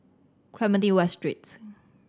Clementi West Street